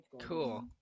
cool